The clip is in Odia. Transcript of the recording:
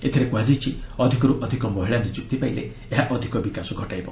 ଏଥିରେ ପୁଣି କୁହାଯାଇଛି ଅଧିକରୁ ଅଧିକ ମହିଳା ନିଯୁକ୍ତି ପାଇଲେ ଏହା ଅଧିକ ବିକାଶ ଘଟାଇବ